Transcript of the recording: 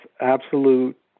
absolute